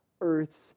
earth's